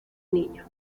niño